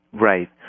Right